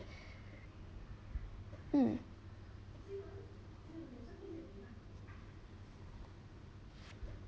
mm